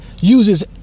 uses